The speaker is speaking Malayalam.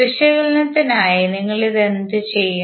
വിശകലനത്തിനായി നിങ്ങൾ എന്തു ചെയ്യും